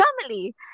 family